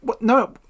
no